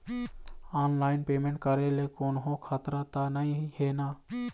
Online payment करे ले कोन्हो खतरा त नई हे न?